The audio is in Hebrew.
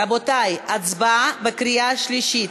רבותי, הצבעה בקריאה שלישית.